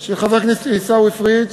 של חבר הכנסת עיסאווי פריג'